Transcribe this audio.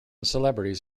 celebrities